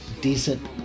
decent